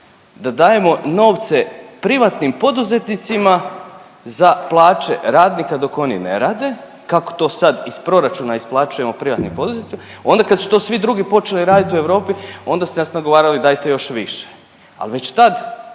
da dajemo novce privatnim poduzetnicima za plaće radnika dok oni ne rade. Kako to sad iz proračuna isplaćujemo privatne poduzetnike, onda kad su to svi drugi počeli raditi u Europi onda su nas nagovarali dajte još više, a već tad